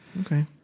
Okay